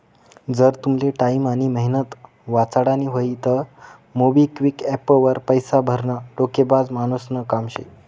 जर तुमले टाईम आनी मेहनत वाचाडानी व्हयी तं मोबिक्विक एप्प वर पैसा भरनं डोकेबाज मानुसनं काम शे